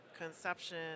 conception